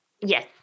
Yes